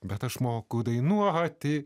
bet aš moku dainuoti